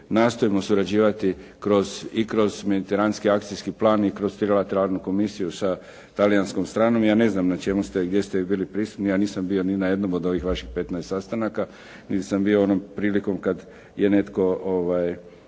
nastojimo surađivati kroz, i kroz Mediteranski akcijski plan i kroz trilateralnu komisiju sa talijanskom stranom. Ja ne znam na čemu ste, gdje ste vi bili prisutni. Ja nisam bio ni na jednom od ovih vaših 15 sastanaka, niti sam bio onom prilikom kad je netko